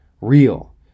real